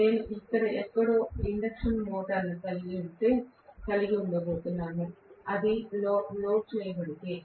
నేను ఇక్కడ ఎక్కడో ఇండక్షన్ మోటారు కరెంట్ కలిగి ఉండబోతున్నాను అది లోడ్ చేయబడితే